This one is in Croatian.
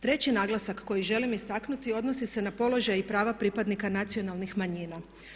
Treći naglasak koji želim istaknuti odnosi se na položaj i prava pripadnika nacionalnih manjina.